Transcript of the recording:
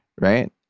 right